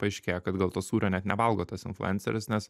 paaiškėja kad gal to sūrio net nevalgo tas influenceris nes